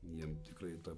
jiem tikrai ta